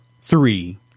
three